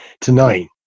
tonight